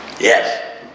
Yes